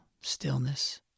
stillness